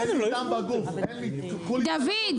דוד,